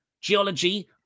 Geology